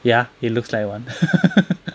ya he looks like one